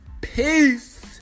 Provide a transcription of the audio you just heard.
Peace